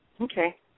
Okay